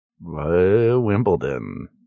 Wimbledon